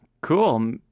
Cool